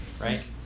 Right